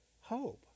hope